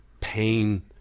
pain